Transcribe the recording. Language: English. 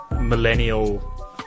millennial